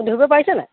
আপুনি ধৰিব পাৰিছেনে